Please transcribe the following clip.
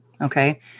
okay